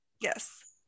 yes